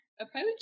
approach